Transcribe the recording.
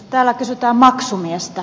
täällä kysytään maksumiestä